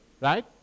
Right